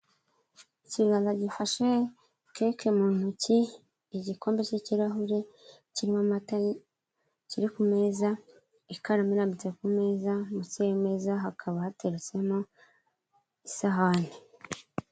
Ikiganza gifashe keke mu ntoki igikombe cy'ikirahure kirimo amata kiri ku meza ikaramu irambitse kumeza munsi y'ameza hakaba hateretsemo isahani.